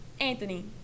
Anthony